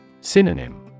Synonym